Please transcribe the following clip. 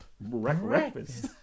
breakfast